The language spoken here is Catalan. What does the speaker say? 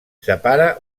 separa